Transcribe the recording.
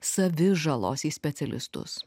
savižalos į specialistus